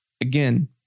again